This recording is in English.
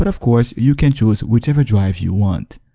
but of course, you can choose whichever drive you want.